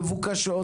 מבוקשות,